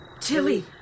Tilly